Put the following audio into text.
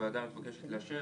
שהוועדה מבקשת לאשר: